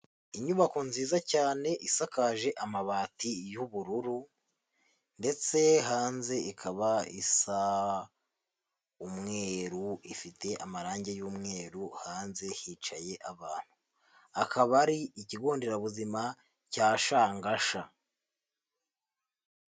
Inyubako nziza cyane isakaje amabati y'ubururu ndetse hanze ikaba isa umweru, ifite amarange y'umweru hanze hicaye abantu, akaba ari ikigo nderabuzima cya Shangasha.